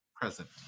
present